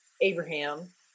Abraham